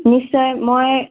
নিশ্চয় মই